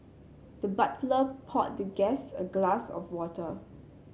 the butler poured the guest a glass of water